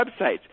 websites